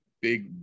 big